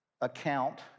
account